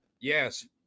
Yes